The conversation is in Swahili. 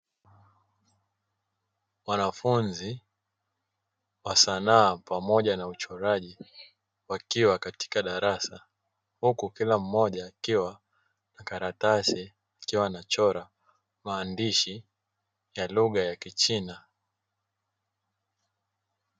Wanafunzi wa sanaa pamoja na uchungaji wakiwa katika darasa huku kila mmoja akiwa na karatasi, akiwa anchora maandishi ya lugha ya kichina.